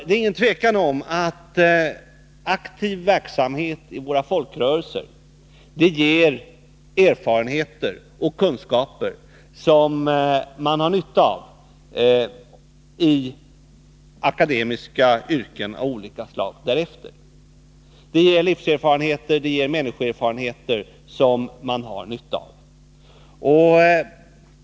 Det är ingen tvekan om att aktiv verksamhet i våra folkrörelser ger erfarenheter och kunskaper som man har nytta av i akademiska yrken av olika slag därefter. Det ger livserfarenheter och det ger människoerfarenheter som man har nytta av.